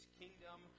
kingdom